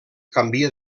canvia